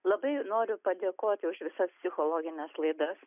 labai noriu padėkoti už visas psichologines laidas